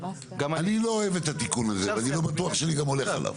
אני לא אוהב את התיקון הזה ואני לא בטוח שאני גם הולך עליו,